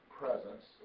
presence